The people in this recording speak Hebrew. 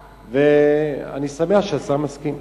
ואני שמח שהשר מסכים.